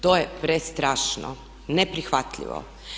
To je prestrašno, neprihvatljivo!